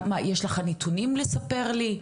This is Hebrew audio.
יש לך דיווחים לספר לי?